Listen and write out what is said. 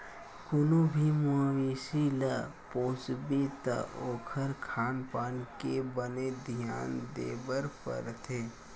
कोनो भी मवेसी ल पोसबे त ओखर खान पान के बने धियान देबर परथे